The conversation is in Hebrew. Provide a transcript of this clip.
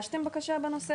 אתם הגשתם בקשה בנושא?